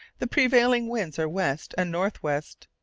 the prevailing winds are west and north-west,